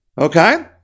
Okay